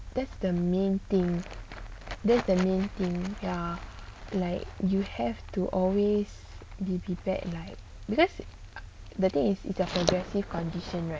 that's the main thing that's the main thing ya like you have to always be prepared like because the thing is for progressive condition right